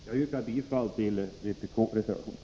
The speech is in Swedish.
Jag yrkar bifall till vpk-reservationerna.